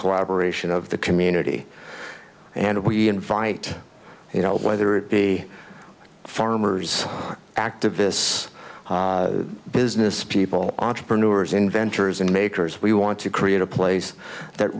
collaboration of the community and we invite you know whether it be farmers activists businesspeople entrepreneurs inventors and makers we want to create a place that